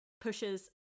pushes